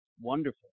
wonderful